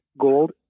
gold